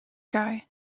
guy